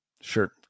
Sure